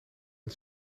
het